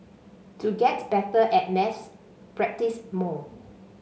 to get better at maths practise more